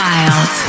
Wild